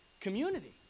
community